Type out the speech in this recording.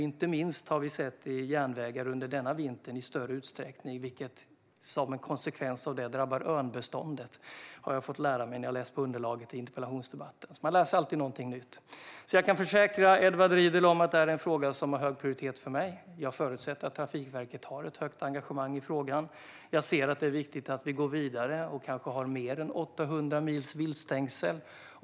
Inte minst under den här vintern har vi sett det i större utsträckning på järnvägen, vilket som en konsekvens drabbar örnbeståndet. Det har jag fått lära mig när jag läste på underlaget i interpellationsdebatten. Man lär sig alltid någonting nytt. Jag kan alltså försäkra Edward Riedl om att det här är en fråga som har hög prioritet för mig. Jag förutsätter att Trafikverket har ett högt engagemang i frågan. Jag ser att det är viktigt att vi går vidare och kanske har mer än 800 mils viltstängsel.